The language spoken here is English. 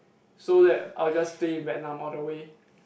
so that I will just stay in Vietnam all the way